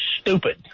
stupid